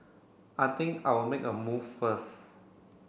I think I'll make a move first